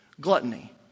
Gluttony